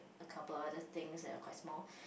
a couple of these things and was like small